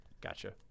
Gotcha